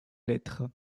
lettres